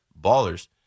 ballers